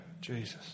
Jesus